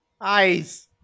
Eyes